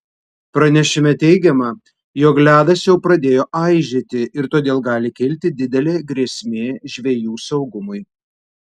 pranešime teigiama jog ledas jau pradėjo aižėti ir todėl gali kilti didelė grėsmė žvejų saugumui